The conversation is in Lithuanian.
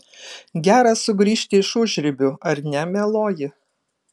gera sugrįžti iš užribių ar ne mieloji